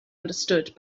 understood